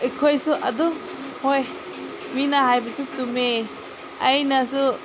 ꯑꯈꯣꯏꯁꯨ ꯑꯗꯨꯝ ꯍꯣꯏ ꯃꯤꯅ ꯍꯥꯏꯕꯁꯤ ꯆꯨꯝꯃꯦ ꯑꯩꯅꯁꯨ